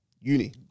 uni